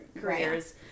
careers